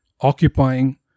occupying